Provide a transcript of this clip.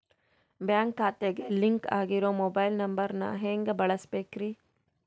Bank ಖಾತೆಗೆ link ಆಗಿರೋ mobile number ನ ಹೆಂಗ್ ಬದಲಿಸಬೇಕ್ರಿ?